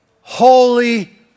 holy